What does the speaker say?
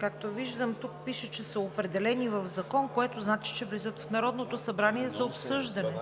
Както виждам, тук пише, че са определени в закон, което значи, че влизат в Народното събрание за обсъждане.